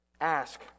ask